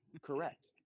correct